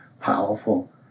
powerful